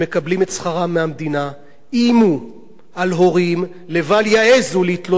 איימו על הורים לבל יעזו להתלונן שילדיהם מקופחים בבתי-הספר.